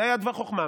זה היה דבר החוכמה.